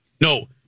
No